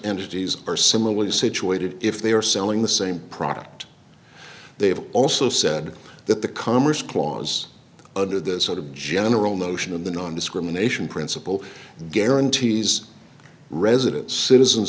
entities are similarly situated if they are selling the same product they have also said that the commerce clause under this sort of general notion of the nondiscrimination principle guarantees resident citizens